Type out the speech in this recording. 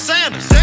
Sanders